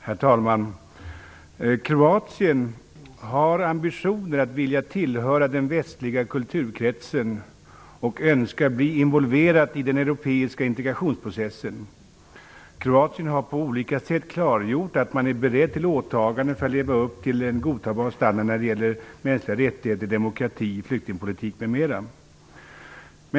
Herr talman! Kroatien har ambitionen att vilja tillhöra den västliga kulturkretsen och önskar bli involverat i den europeiska integrationsprocessen. Kroatien har på olika sätt klargjort att man är beredd till åtaganden för att leva upp till en godtagbar standard när det gäller mänskliga rättigheter, demokrati, flyktingpolitik, m.m.